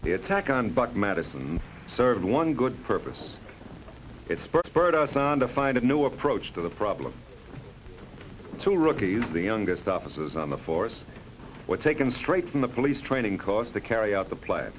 the attack on buck madison served one good purpose it spurred our son to find a new approach to the problem to rookies the youngest officers on the force were taken straight from the police training course to carry out the plan